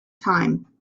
time